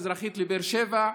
מזרחית לבאר שבע.